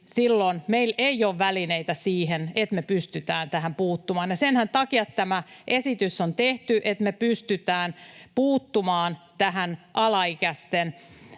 silloin meillä ei ole välineitä siihen, että me pystytään tähän puuttumaan. Sen takiahan tämä esitys on tehty, että me pystytään puuttumaan tähän alaikäisten